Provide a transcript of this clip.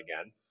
again